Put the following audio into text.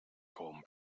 comb